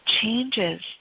changes